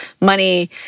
money